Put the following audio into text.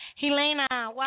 Helena